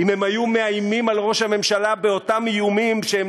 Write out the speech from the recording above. אם הם היו מאיימים על ראש הממשלה באותם איומים שהם